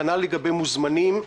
כנ"ל לגבי מוזמנים.